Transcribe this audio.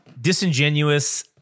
disingenuous